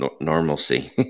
normalcy